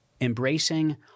embracing